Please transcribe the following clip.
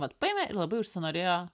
vat paėmė ir labai užsinorėjo